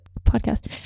podcast